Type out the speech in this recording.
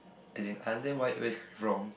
as in I understand why where he's coming from